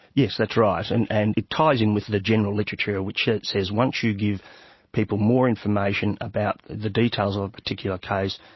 yes, that's right. and and it ties in with the general literature which says once you give people more information about the details of a particular case,